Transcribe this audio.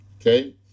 Okay